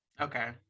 okay